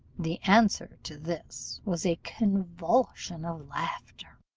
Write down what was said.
the answer to this was a convulsion of laughter.